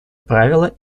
правила